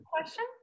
question